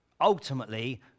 Ultimately